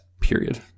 period